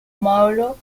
mauro